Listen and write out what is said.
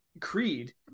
Creed